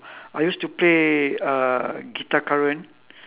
I used to play uh guitar current